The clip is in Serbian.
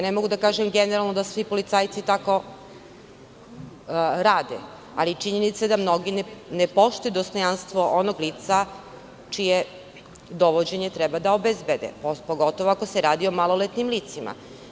Ne mogu da kažem generalno da svi policajci tako rade, ali činjenica je da mnogi ne poštuju dostojanstvo onog lica čije dovođenje treba da obezbede, pogotovo ako se radi o maloletnim licima.